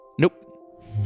Nope